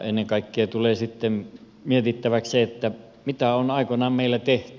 ennen kaikkea tulee sitten mietittäväksi se mitä on aikoinaan meillä tehty